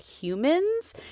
humans